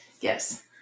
Yes